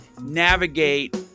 navigate